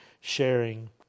sharing